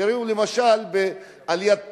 תראו למשל ליד טייבה: